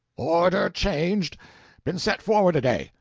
order changed been set forward a day.